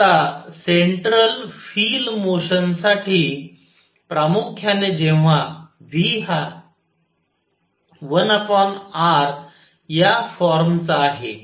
आता central field मोशनसाठी प्रामुख्याने जेव्हा v हा 1rया फॉर्मचा आहे